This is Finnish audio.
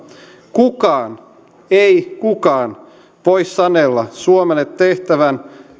kukaan ei kukaan voi sanella suomelle tehtävän